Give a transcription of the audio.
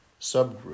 subgroup